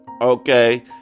okay